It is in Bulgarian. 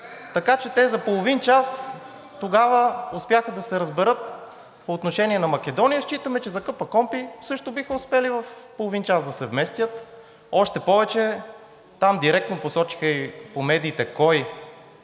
така че те за половин час тогава успяха да се разберат по отношение на Македония. Считаме, че за КПКОНПИ също биха успели в половин час да се вместят, още повече там директно посочиха и по медиите кой